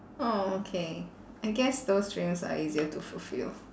orh okay I guess those dreams are easier to fulfil